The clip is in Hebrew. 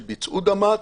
שביצעו דמ"ץ,